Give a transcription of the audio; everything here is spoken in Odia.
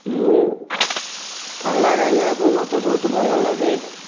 ମୁଁ ପାଲା ଗାଇବାକୁ ମୋତେ ବହୁତ ଭଲ ଲାଗେ